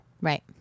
Right